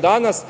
danas,